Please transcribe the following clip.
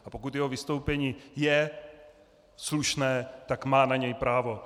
A pokud jeho vystoupení je slušné, tak na ně má právo.